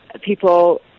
people